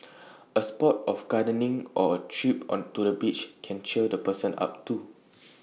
A spot of gardening or A trip on to the beach can cheer the person up too